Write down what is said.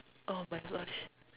!oh-my-gosh!